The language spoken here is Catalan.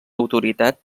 autoritat